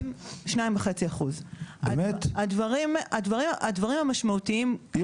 2.5%. הדברים המשמעותיים --- באמת?